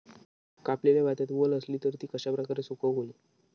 कापलेल्या भातात वल आसली तर ती कश्या प्रकारे सुकौक होई?